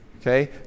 Okay